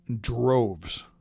droves